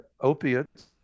opiates